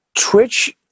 Twitch